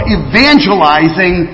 evangelizing